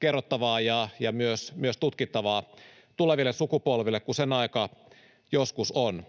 kerrottavaa ja myös tutkittavaa tuleville sukupolville, kun sen aika joskus on.